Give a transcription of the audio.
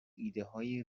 ایدههای